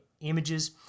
images